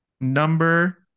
number